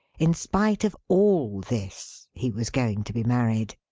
in spite of all this, he was going to be married.